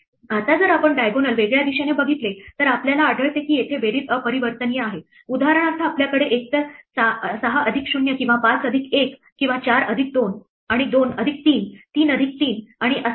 आता जर आपण diagonal वेगळ्या दिशेने बघितले तर आपल्याला आढळते की येथे बेरीज अपरिवर्तनीय आहे उदाहरणार्थ आपल्याकडे एकतर 6 अधिक 0 किंवा 5 अधिक 1 किंवा 4 अधिक 2 आणि 2 अधिक 3 3 अधिक 3 आणि असेच आहेत